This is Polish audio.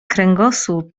kręgosłup